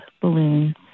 balloons